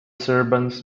servants